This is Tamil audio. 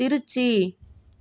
திருச்சி